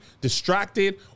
distracted